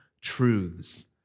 truths